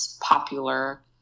popular